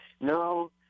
No